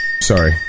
Sorry